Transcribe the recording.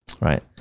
Right